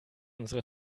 unsere